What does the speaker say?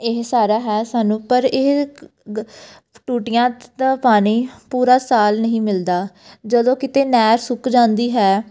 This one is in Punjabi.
ਇਹ ਸਾਰਾ ਹੈ ਸਾਨੂੰ ਪਰ ਇਹ ਗ ਟੂਟੀਆਂ ਦਾ ਪਾਣੀ ਪੂਰਾ ਸਾਲ ਨਹੀਂ ਮਿਲਦਾ ਜਦੋਂ ਕਿਤੇ ਨਹਿਰ ਸੁੱਕ ਜਾਂਦੀ ਹੈ